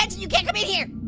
and you can't come in here!